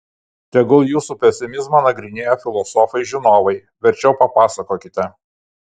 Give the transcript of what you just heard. tegul jūsų pesimizmą nagrinėja filosofai žinovai verčiau papasakokite